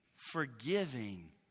Forgiving